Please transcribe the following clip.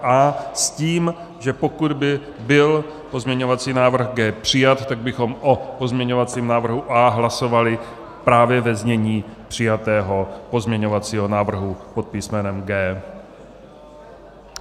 A s tím, že pokud by byl pozměňovací návrh G přijat, tak bychom o pozměňovacím návrhu A hlasovali právě ve znění přijatého pozměňovacího návrhu pod písmenem G.